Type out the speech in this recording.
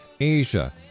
Asia